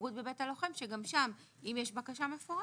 והחברות בבית הלוחם, שגם שם אם יש בקשה מפורשת,